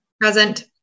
Present